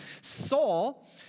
Saul